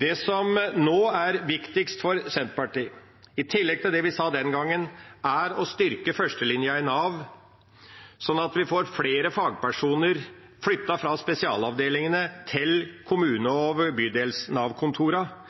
Det som nå er viktigst for Senterpartiet, i tillegg til det vi sa den gangen, er å styrke førstelinja i Nav, slik at vi får flyttet flere fagpersoner fra spesialavdelingene til kommune- og